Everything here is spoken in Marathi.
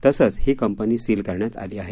तसंच ही कंपनी सील करण्यात आली आहे